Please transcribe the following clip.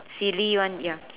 silly one ya